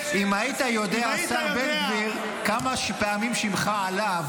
אם היית יודע, השר בן גביר, כמה פעמים שמך עלה.